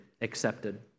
accepted